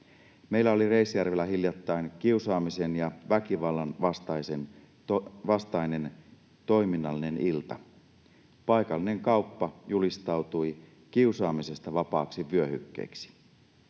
Meillä oli Reisjärvellä hiljattain kiusaamisen ja väkivallan vastainen toiminnallinen ilta. Paikallinen kauppa julistautui kiusaamisesta vapaaksi vyöhykkeeksi.